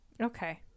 Okay